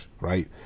right